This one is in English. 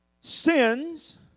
sins